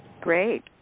Great